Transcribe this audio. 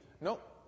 nope